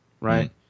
right